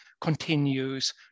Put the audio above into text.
continues